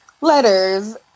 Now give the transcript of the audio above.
letters